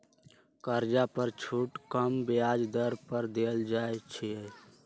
कर्जा पर छुट कम ब्याज दर पर देल जाइ छइ